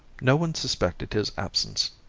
no one suspected his absence,